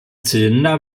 zylinder